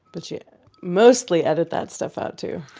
but you mostly edit that stuff, ah too